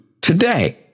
today